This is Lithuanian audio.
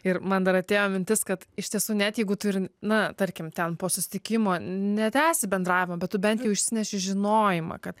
ir man dar atėjo mintis kad iš tiesų net jeigu tu ir na tarkim ten po susitikimo netęsi bendravo bet tu bent išsineši žinojimą kad